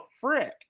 frick